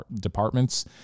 departments